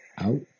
Out